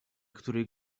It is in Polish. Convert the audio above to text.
której